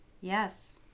yes